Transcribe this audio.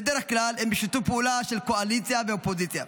בדרך כלל הם בשיתוף פעולה של קואליציה ואופוזיציה.